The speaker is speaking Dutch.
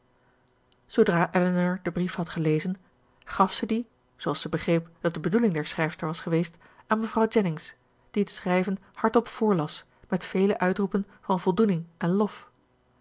elinor den brief had gelezen gaf zij dien zooals zij begreep dat de bedoeling der schrijfster was geweest aan mevrouw jennings die het schrijven hardop voorlas met vele uitroepen van voldoening en lof